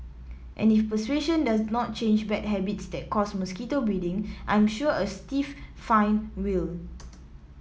and if persuasion does not change bad habits that cause mosquito breeding I am sure a stiff fine will